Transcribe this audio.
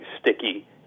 sticky